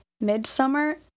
Midsummer